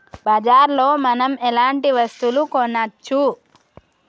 బజార్ లో మనం ఎలాంటి వస్తువులు కొనచ్చు?